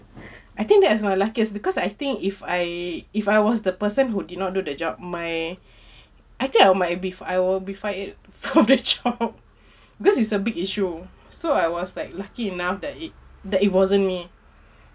I think that is my luckiest because I think if I if I was the person who did not do the job my I think I'll might be I will be fired from the job because it's a big issue so I was like lucky enough that it that it wasn't me